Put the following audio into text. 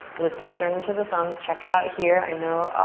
lift the sternum to the thumbs, check it out here. i know, oh,